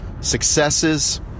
successes